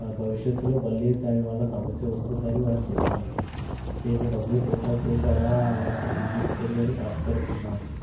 ఆ భవిష్యత్తులో మళ్ళీ దాని వల్ల సమస్య వస్తుందని వారు చెప్పారు నేను డబ్బులు వృథా చేశానా అలాంటి టీవీని కొని అని బాధపడుతున్నాను